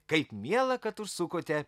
kaip miela kad užsukote